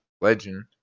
legend